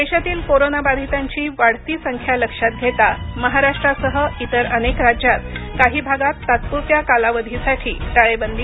देशातील कोरोना बाधितांची वाढती संख्या लक्षात घेता महाराष्ट्रासह इतर अनेक राज्यांत काही भागात तात्पुरत्या कालावधीसाठी टाळेबंदी